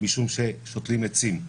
משום ששותלים עצים.